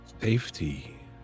Safety